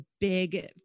big